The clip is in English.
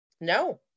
No